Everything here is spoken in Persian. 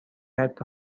حتی